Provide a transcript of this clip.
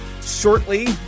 shortly